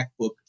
MacBook